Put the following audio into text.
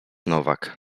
nowak